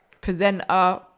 presenter